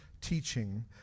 teaching